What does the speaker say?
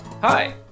Hi